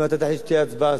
אם תחליט שתהיה הצבעה,